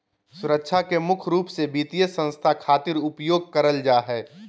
सुरक्षा के मुख्य रूप से वित्तीय संस्था खातिर उपयोग करल जा हय